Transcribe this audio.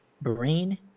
Brain